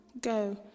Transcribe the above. go